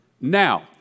Now